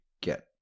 get